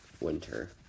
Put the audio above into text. winter